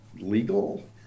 legal